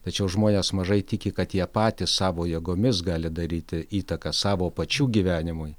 tačiau žmonės mažai tiki kad jie patys savo jėgomis gali daryti įtaką savo pačių gyvenimui